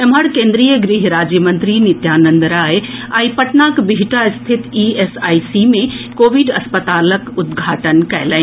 एम्हर केन्द्रीय गृह राज्य मंत्री नित्यानंद राय आई पटनाक बिहटा स्थित ईएसआईसी मे कोविड अस्पतालक उद्घाटन कयलनि